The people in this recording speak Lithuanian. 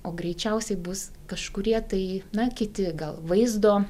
o greičiausiai bus kažkurie tai na kiti gal vaizdo